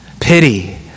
pity